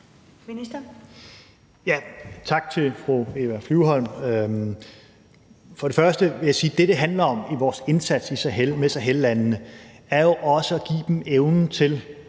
Tak til fru Eva Flyvholm. For det første vil jeg sige, at det, som det jo også handler om i vores indsats med Sahellandene, er at give dem evnen til